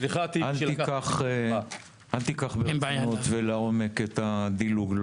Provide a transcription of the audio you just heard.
אל תיקח ברצינות ולעומק את הדילוג,